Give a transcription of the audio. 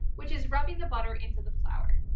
which is rubbing the butter into the flour.